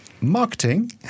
marketing